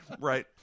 Right